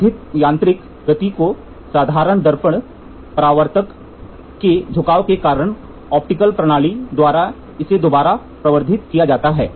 प्रवर्धित यांत्रिक गति को साधारण दर्पण परावर्तक के झुकाव के कारण ऑप्टिकल प्रणाली द्वारा इसे दोबारा प्रवर्धित किया जाता है